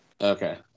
Okay